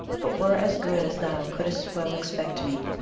but were as good as thou couldst well expect me,